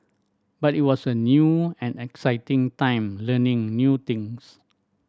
but it was a new and exciting time learning new things